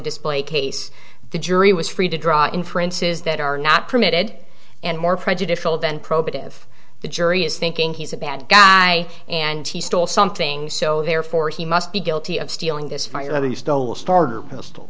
display case the jury was free to draw inferences that are not permitted and more prejudicial than probative the jury is thinking he's a bad guy and he stole something so therefore he must be guilty of stealing this fight whether you stole stored or postal